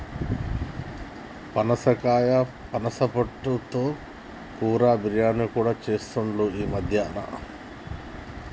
పనసకాయ పనస పొట్టు తో కూర, బిర్యానీ కూడా చెస్తాండ్లు ఈ మద్యన